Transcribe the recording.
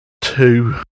two